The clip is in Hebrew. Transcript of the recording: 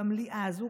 במליאה הזאת,